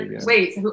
wait